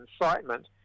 incitement